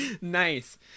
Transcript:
Nice